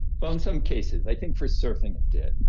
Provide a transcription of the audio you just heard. well, in some cases. i think for surfing it did.